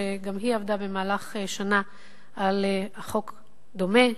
שגם היא עבדה במהלך שנה על חוק דומה,